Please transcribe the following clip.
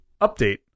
update